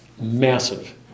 Massive